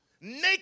naked